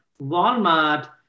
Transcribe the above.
Walmart